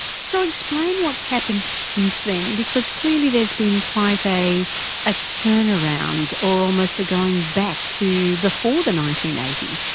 so explain what's happened since then, because clearly there has been quite a a turnaround or almost a going back to before the nineteen eighty s.